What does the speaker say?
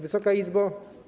Wysoka Izbo!